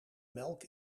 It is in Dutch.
melk